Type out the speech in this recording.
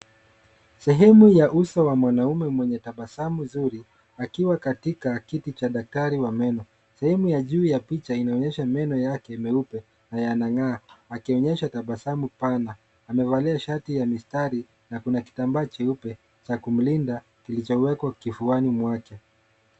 Sehemu ya uso wa mwanaume mwenye tabasamu zuri, akiwa katika kiti cha daktari wa meno . Sehemu ya juu ya picha inaonyesha meno yake meupe na yanang'aa akionyesha tabasamu pana. Amevalia shati ya mistari na kuna kitambaa cheupe cha kumlinda kilichowekwa kifuani mwake.